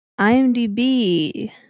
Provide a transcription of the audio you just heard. IMDB